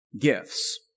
gifts